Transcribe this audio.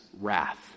wrath